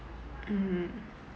mm